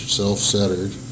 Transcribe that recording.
self-centered